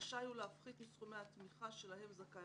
רשאי הוא להפחית מסכומי התמיכה שלהם זכאי